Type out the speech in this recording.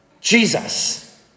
Jesus